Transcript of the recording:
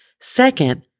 Second